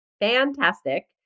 fantastic